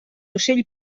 ocell